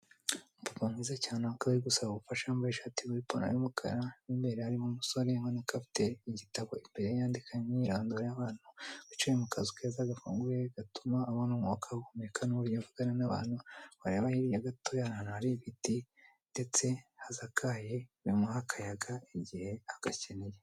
Umupapa mwiza cyane wakabaye ari gusaba ubufasha wambaye ishati n'ipantaro y'umukara, mo imbere harimo umusore ufite igitabo imbere ye yandikamo imyirondoro y'abantu, wicaye mu kazu keza gafunguye gatuma abona umwuka wo guhumeka n'uburyo yavugana n'abantu wareba hirya gato hari ahantu hari ibiti ndetse hasakaye bimuha akayaga igihe agakeneye.